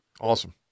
Awesome